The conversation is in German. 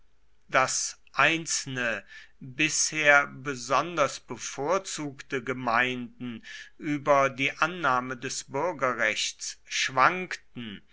daß einzelne bisher besonders bevorzugte gemeinden über die annahme des bürgerrechts schwankten